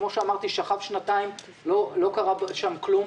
כפי שאמרתי, זה כבר שנתיים ולא קרה שם כלום.